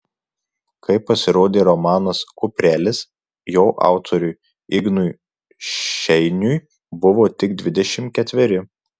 kai pasirodė romanas kuprelis jo autoriui ignui šeiniui buvo tik dvidešimt ketveri